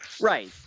Right